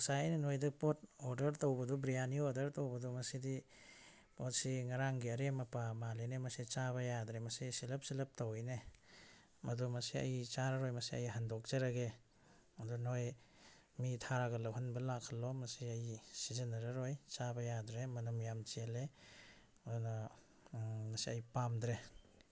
ꯉꯁꯥꯏ ꯑꯩꯅ ꯅꯣꯏꯗ ꯄꯣꯠ ꯑꯣꯗꯔ ꯇꯧꯕꯗꯣ ꯕ꯭ꯔꯤꯌꯥꯅꯤ ꯑꯣꯗꯔ ꯇꯧꯕꯗꯣ ꯃꯁꯤꯗꯤ ꯄꯣꯠꯁꯤ ꯉꯔꯥꯡꯒꯤ ꯑꯔꯦꯝ ꯑꯄꯥ ꯃꯥꯜꯂꯤꯅꯤ ꯃꯁꯦ ꯆꯥꯕ ꯌꯥꯗ꯭ꯔꯦ ꯃꯁꯤ ꯁꯤꯜꯂꯞ ꯁꯤꯜꯂꯞ ꯇꯧꯋꯤꯅꯦ ꯃꯗꯨ ꯃꯁꯦ ꯑꯩ ꯆꯥꯔꯔꯣꯏ ꯃꯁꯦ ꯑꯩ ꯍꯟꯗꯣꯛꯆꯔꯒꯦ ꯑꯗꯨ ꯅꯣꯏ ꯃꯤ ꯊꯥꯔꯒ ꯂꯧꯍꯟꯕ ꯂꯥꯛꯍꯜꯂꯣ ꯃꯁꯦ ꯑꯩ ꯁꯤꯖꯤꯟꯅꯔꯔꯣꯏ ꯆꯥꯕ ꯌꯥꯗ꯭ꯔꯦ ꯃꯅꯝ ꯌꯥꯝ ꯆꯦꯜꯂꯦ ꯑꯗꯨꯅ ꯃꯁꯦ ꯑꯩ ꯄꯥꯝꯗ꯭ꯔꯦ